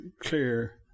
clear